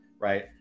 right